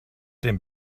den